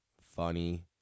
funny